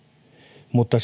mutta